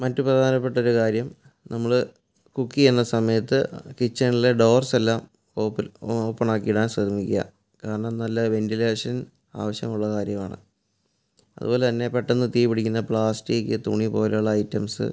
മറ്റ് പ്രധാനപ്പെട്ടൊരു കാര്യം നമ്മൾ കുക്ക് ചെയ്യുന്ന സമയത്ത് കിച്ചണിലെ ഡോർസ് എല്ലാം ഓപിൽ ഒ ഓപ്പൺ ആക്കിയിടാൻ ശ്രമിക്കുക കാരണം നല്ല വെന്റിലേഷൻ ആവശ്യമുള്ള കാര്യമാണ് അതുപോലെ തന്നെ പെട്ടന്ന് തീ പിടിക്കുന്ന പ്ലാസ്റ്റിക്ക് തുണി പോലുള്ള ഐറ്റംസ്